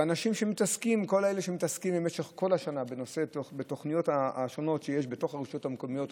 ולכל אלה שמתעסקים לאורך כל השנה בתוכניות השונות שיש ברשויות המקומיות,